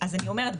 אז אני אומרת,